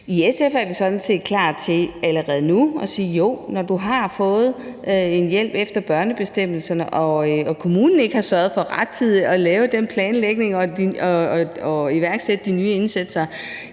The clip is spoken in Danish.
nu at sige, at jo, når du har fået en hjælp efter børnebestemmelserne og kommunen ikke har sørget for rettidigt at lave den planlægning og iværksætte de nye indsatser,